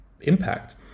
impact